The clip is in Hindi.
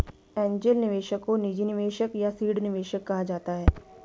एंजेल निवेशक को निजी निवेशक या सीड निवेशक कहा जाता है